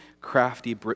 crafty